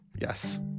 Yes